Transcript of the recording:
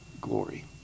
glory